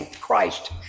Christ